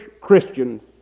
Christians